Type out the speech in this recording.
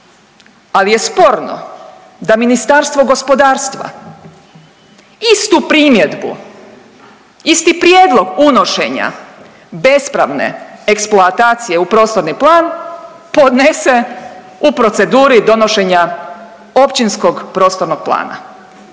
ali je sporno da Ministarstvo gospodarstva istu primjedbu, isti prijedlog unošenja bespravne eksploatacije u prostorni plan podnese u proceduri donošenja općinskog prostornog plana.